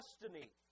destiny